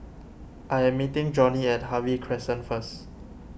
I am meeting Johnnie at Harvey Crescent first